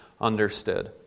understood